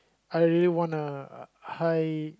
I really want a high